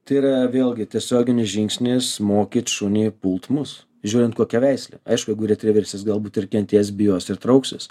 tai yra vėlgi tiesioginis žingsnis mokyt šunį pult mus žiūrint kokia veislė aišku jeigu retriveris jis galbūt ir kentės bijos ir trauksis